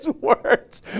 words